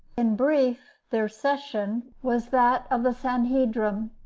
in brief, their session was that of the sanhedrim.